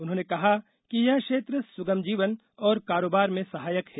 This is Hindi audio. उन्होंने कहा कि यह क्षेत्र सुगम जीवन और कारोबार में सहायक है